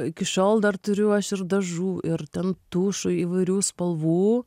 iki šiol dar turiu aš ir dažų ir ten tušų įvairių spalvų